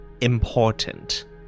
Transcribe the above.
Important